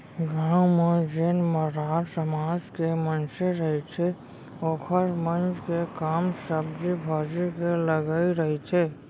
गाँव म जेन मरार समाज के मनसे रहिथे ओखर मन के काम सब्जी भाजी के लगई रहिथे